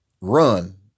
run